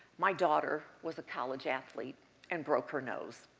my daughter was a college athlete and broke her nose.